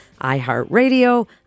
iHeartRadio